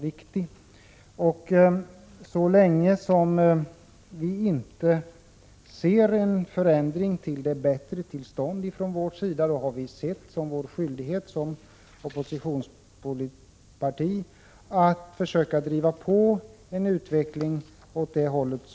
Så länge som vi i centerpartiet inte ser att en förändring till det bättre kommer till stånd anser vi att det är vår skyldighet som oppositionsparti att försöka driva på utvecklingen åt rätt håll.